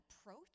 approach